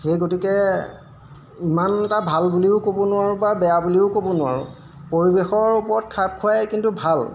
সেই গতিকে ইমান এটা ভাল বুলিও ক'ব নোৱাৰোঁ বা বেয়া বুলিও ক'ব নোৱাৰোঁ পৰিৱেশৰ ওপৰত খাপ খুৱাই কিন্তু ভাল